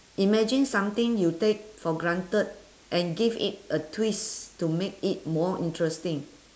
imagine something you take for granted and give it a twist to make it more interesting